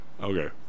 Okay